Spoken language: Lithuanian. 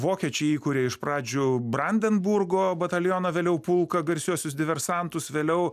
vokiečiai įkuria iš pradžių brandenburgo batalioną vėliau pulką garsiuosius diversantus vėliau